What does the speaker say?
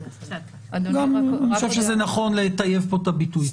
אני חושב שזה נכון לטייב פה את הביטוי.